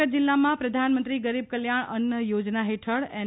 મહીસાગર જિલ્લામાં પ્રધાનમંત્રી ગરીબ કલ્યાણ અન્ન યોજના હેઠળ એન